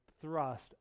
thrust